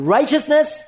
Righteousness